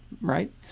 right